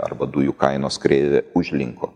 arba dujų kainos kreivė užlinko